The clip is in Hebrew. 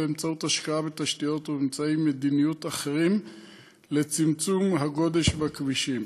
באמצעות השקעה בתשתיות ובאמצעי מדיניות אחרים לצמצום הגודש בכבישים.